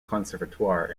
conservatoire